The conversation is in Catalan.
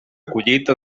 collita